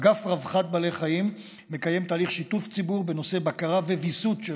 אגף רווחת בעלי חיים מקיים תהליך שיתוף ציבור בנושא בקרה וויסות של